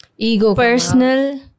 personal